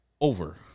Over